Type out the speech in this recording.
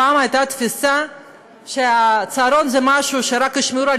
פעם הייתה תפיסה שצהרון זה רק לשמור על